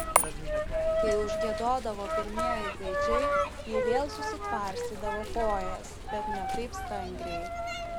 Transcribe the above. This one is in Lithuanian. kai užgiedodavo pirmieji gaidžiai ji vėl susitvarstydavo kojas bet ne taip stangriai